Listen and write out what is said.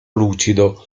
lucido